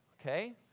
Okay